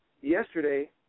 yesterday